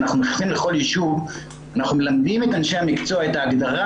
אנחנו מלמדים את אנשי המקצוע את ההגדרה